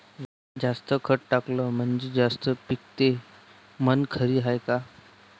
जास्त खत टाकलं म्हनजे जास्त पिकते हे म्हन खरी हाये का?